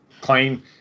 claim